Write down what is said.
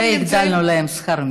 והגדלנו להם את שכר המינימום.